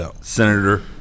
Senator